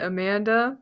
Amanda